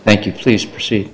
thank you please proceed